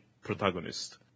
protagonist